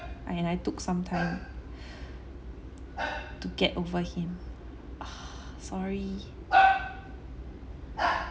and I took some time to get over him sorry